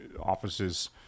office's